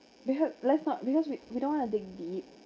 because let's not because we we don't want to dig deep